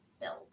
build